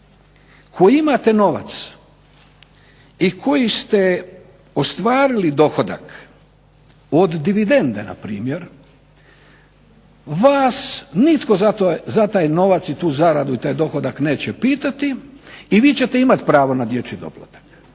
koji imate novac i koji ste ostvarili dohodak od dividende na primjer vas nitko za taj novac i tu zaradu i taj dohodak neće pitati i vi ćete imati pravo na dječji doplatak,